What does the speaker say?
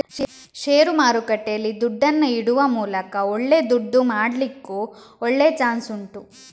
ಷೇರು ಮಾರುಕಟ್ಟೆಯಲ್ಲಿ ದುಡ್ಡನ್ನ ಇಡುವ ಮೂಲಕ ಒಳ್ಳೆ ದುಡ್ಡು ಮಾಡ್ಲಿಕ್ಕೂ ಒಳ್ಳೆ ಚಾನ್ಸ್ ಉಂಟು